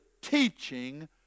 teaching